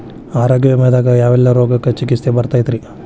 ಆರೋಗ್ಯ ವಿಮೆದಾಗ ಯಾವೆಲ್ಲ ರೋಗಕ್ಕ ಚಿಕಿತ್ಸಿ ಬರ್ತೈತ್ರಿ?